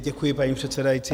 Děkuji, paní předsedající.